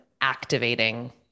activating